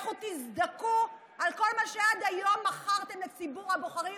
לכו תזדכו על כל מה שעד היום מכרתם לציבור הבוחרים,